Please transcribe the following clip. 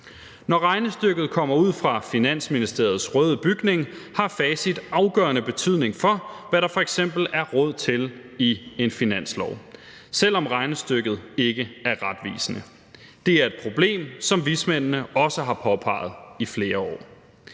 Når regnestykket kommer ud fra Finansministeriets røde bygning, har facit afgørende betydning for, hvad der f.eks. er råd til i en finanslov, selv om regnestykket ikke er retvisende. Det er et problem, som vismændene også har påpeget i flere år.